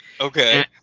Okay